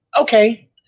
Okay